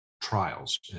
trials